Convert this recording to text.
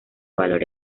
valor